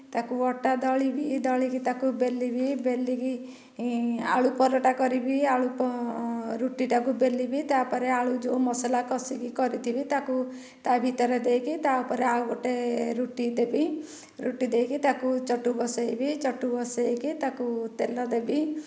ତାକୁ ଅଟା ଦଳିବି ଦଳିକି ତାକୁ ବେଲିବି ବେଲିକି ଆଳୁ ପରଟା କରିବି ଆଳୁ ରୁଟିଟାକୁ ବେଲିବି ତାପରେ ଆଳୁ ଯୋଉ ମସଲା କସିକି କରିଥିବି ତାକୁ ତା ଭିତରେ ଦେଇକି ତ ଉପରେ ଆଉଗୋଟେ ରୁଟି ଦେବି ରୁଟି ଦେଇକି ତାକୁ ଚଟୁ ବସେଇବି ଚଟୁ ବସେଇକି ତାକୁ ତେଲ ଦେବି